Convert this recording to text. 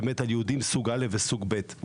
יהודים סוג א', וסוג ב'.